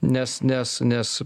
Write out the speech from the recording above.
nes nes nes